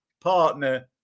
Partner